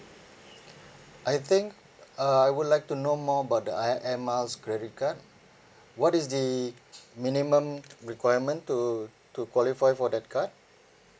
I think uh I would like to know more about the I air miles credit card what is the minimum requirement to to qualify for the card